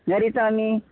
घरीच आम्ही